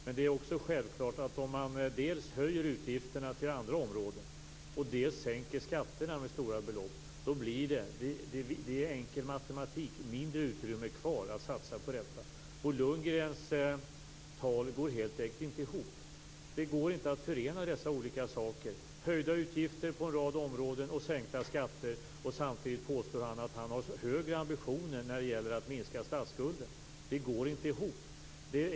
Men det är också självklart att om man dels höjer utgifterna på andra områden, dels sänker skatterna med stora belopp blir det - det är enkel matematik - mindre utrymme kvar för att satsa på detta. Bo Lundgrens tal går helt enkelt inte ihop. Det går inte att förena dessa olika saker - höjda utgifter på en rad områden och sänkta skatter. Samtidigt påstår han att han har högre ambitioner när det gäller att minska statsskulden. Det går inte ihop.